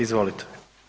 Izvolite.